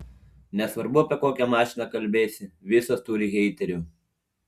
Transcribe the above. nesvarbu apie kokią mašiną kalbėsi visos turi heiterių